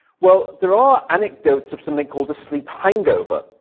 well, there are anecdotes of something called a sleep hangover,